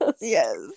Yes